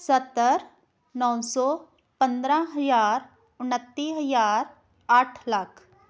ਸੱਤਰ ਨੌ ਸੌ ਪੰਦਰਾਂ ਹਜ਼ਾਰ ਉਣੱਤੀ ਹਜ਼ਾਰ ਅੱਠ ਲੱਖ